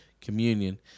communion